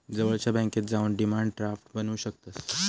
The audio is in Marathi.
जवळच्या बॅन्केत जाऊन डिमांड ड्राफ्ट बनवू शकतंस